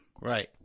Right